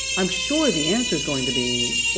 i'm sure the answer is going to be, well,